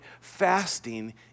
fasting